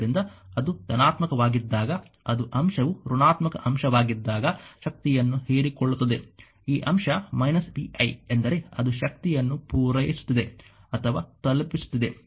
ಆದ್ದರಿಂದ ಅದು ಧನಾತ್ಮಕವಾಗಿದ್ದಾಗ ಅದು ಅಂಶವು ಋಣಾತ್ಮಕ ಅಂಶವಾಗಿದ್ದಾಗ ಶಕ್ತಿಯನ್ನು ಹೀರಿಕೊಳ್ಳುತ್ತದೆ ಈ ಅಂಶ −vi ಎಂದರೆ ಅದು ಶಕ್ತಿಯನ್ನು ಪೂರೈಸುತ್ತಿದೆ ಅಥವಾ ತಲುಪಿಸುತ್ತಿದೆ ಎಂದರೆ ಅದು −vi ಆಗಿದೆ